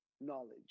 knowledge